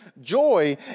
joy